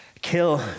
kill